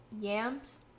yams